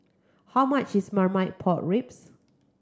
how much is Marmite Pork Ribs